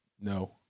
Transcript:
No